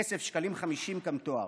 כסף שקלים 50 כמתואר.